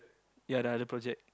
ya the other project